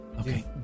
Okay